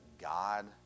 God